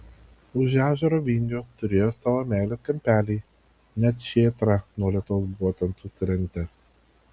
už ežero vingio turėjo savo meilės kampelį net šėtrą nuo lietaus ten buvo susirentęs